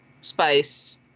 spice